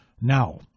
Now